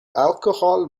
alcohol